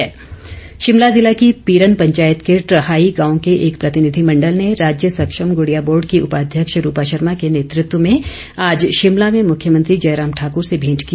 मेंट शिमला ज़िला की पीरन पंचायत के ट्रहाई गांव के एक प्रतिनिधिमंडल ने राज्य सक्षम गुड़िया बोर्ड की उपाध्यक्ष रूपा शर्मा के नेतृत्व मे आज शिमला में मुख्यमंत्री जयराम ठाकूर से भेंट की